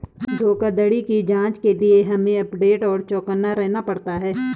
धोखाधड़ी की जांच के लिए हमे अपडेट और चौकन्ना रहना पड़ता है